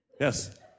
Yes